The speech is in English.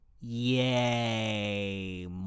Yay